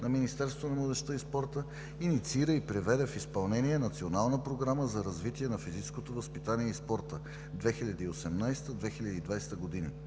на Министерството на младежта и спорта инициира и приведе в изпълнение Националната програма за развитие на физическото възпитание и спорта 2018 – 2020 г.,